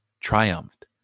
triumphed